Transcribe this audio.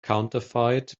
counterfeit